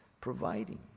providing